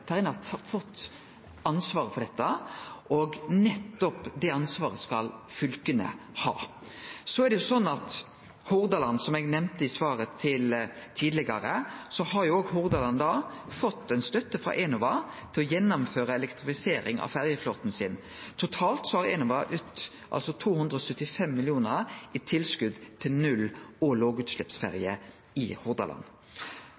har fått ansvaret for dette, og nettopp det ansvaret skal fylka ha. Som eg nemnde i svar tidlegare, har Hordaland fått støtte frå Enova til å gjennomføre elektrifisering av ferjeflåten sin. Totalt har Enova gitt 275 mill. kr i tilskot til null- og